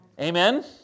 Amen